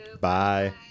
Bye